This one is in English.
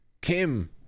Kim